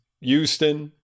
Houston